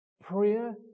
Prayer